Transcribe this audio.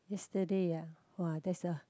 yesterday ya !wah! there's a